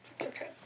Okay